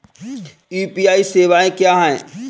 UPI सवायें क्या हैं?